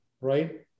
Right